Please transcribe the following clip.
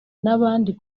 n’abandi